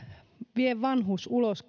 vie vanhus ulos